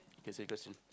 consider some